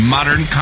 Modern